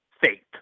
faith